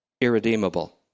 irredeemable